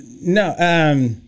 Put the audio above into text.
No